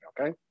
Okay